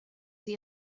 sie